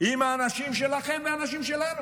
עם האנשים שלכם והאנשים שלנו,